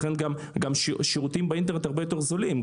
לכן גם שירותים באינטרנט הם הרבה יותר זולים.